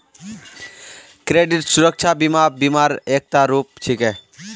credit सुरक्षा बीमा बीमा र एकता रूप छिके